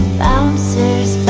bouncers